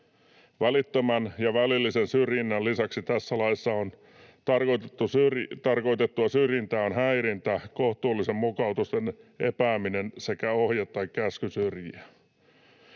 Välittömän ja välillisen syrjinnän lisäksi tässä laissa tarkoitettua syrjintää on häirintä, kohtuullisten mukautusten epääminen sekä ohje tai käsky syrjiä.”